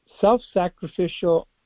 self-sacrificial